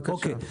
אוקי.